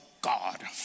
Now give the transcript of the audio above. God